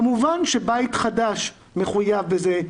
כמובן שבית חדש מחויב בזה,